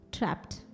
Trapped